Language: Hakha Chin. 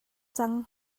cang